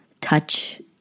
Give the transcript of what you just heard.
touch